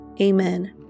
Amen